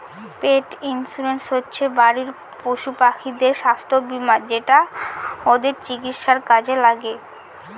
পেট insurance হচ্ছে বাড়ির পশুপাখিদের স্বাস্থ্য বীমা যেটা ওদের চিকিৎসার কাজে লাগে